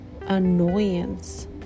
annoyance